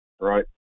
right